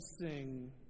sing